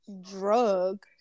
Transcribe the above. drug